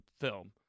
film